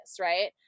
right